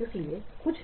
इसलिए कुछ